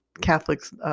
catholics